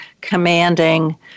commanding